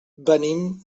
venim